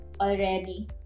already